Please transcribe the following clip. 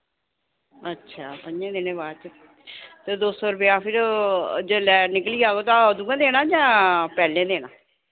अच्छा पंञें दिनें दे बाद च ते दो सौ रपेआ फिर जेल्लै निकली जाह्ग ते अदूं गै देना जां पैह्ले देना